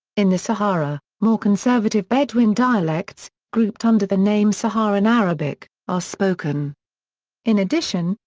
in the sahara, more conservative bedouin dialects, grouped under the name saharan arabic, are spoken in addition,